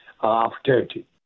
opportunity